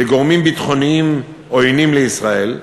לגורמים ביטחוניים עוינים לישראל.